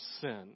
sin